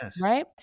right